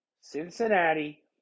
Cincinnati